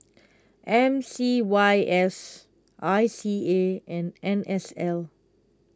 M C Y S I C A and N S L